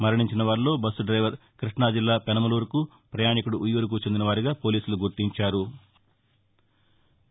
మరణించిన వారిలో bus driver Krishna జిల్లా పెనమలూరుకు పయాణికుడు ఉయ్యూరుకు చెందిన వారిగా పోలీసులు గుర్తించారు